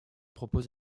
propose